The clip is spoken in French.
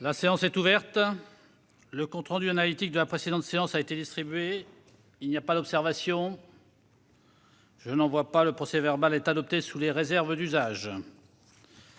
La séance est ouverte. Le compte rendu analytique de la précédente séance a été distribué. Il n'y a pas d'observation ?... Le procès-verbal est adopté sous les réserves d'usage.